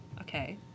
Okay